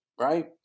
right